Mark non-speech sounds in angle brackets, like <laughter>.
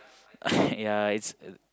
<breath> ya it's a